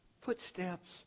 footsteps